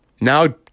now